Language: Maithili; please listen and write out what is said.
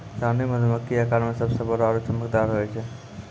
रानी मधुमक्खी आकार मॅ सबसॅ बड़ो आरो चमकदार होय छै